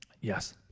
Yes